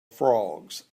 frogs